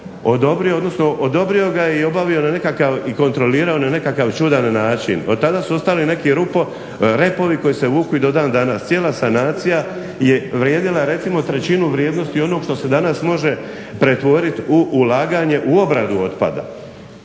ga je i obavio na nekakav i kontrolirao na nekakav čudan način. Od tada su ostali neki repovi koji se vuku i do dan danas. Cijela sanacija je vrijedila recimo trećinu vrijednosti onog što se danas može pretvoriti u ulaganje, u obradu otpada